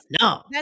no